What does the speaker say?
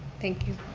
thank you.